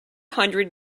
hundred